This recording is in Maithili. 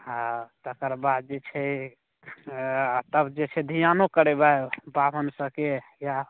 हँ तकरबाद जे छै तब जे छै धिआनो करेबै बाभन सबके या